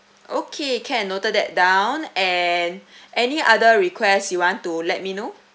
okay can noted that down and any other request you want to let me know